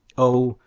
oh,